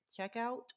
checkout